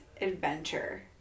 adventure